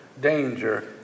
Danger